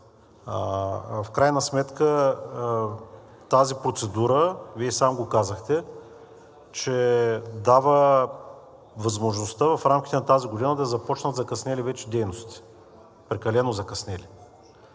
В крайна сметка тази процедура, Вие и сам го казахте, че дава възможността в рамките на тази година да започнат закъснели вече дейности – прекалено закъснели.